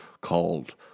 called